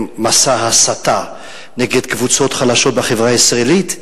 מסע הסתה נגד קבוצות חלשות בחברה הישראלית,